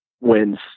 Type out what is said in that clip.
wins